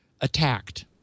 attacked